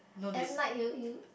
at night you you